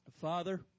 Father